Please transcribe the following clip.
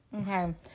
Okay